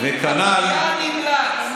עבריין נמלט.